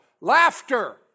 laughter